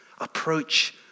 Approach